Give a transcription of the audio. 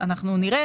אנחנו נראה